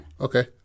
Okay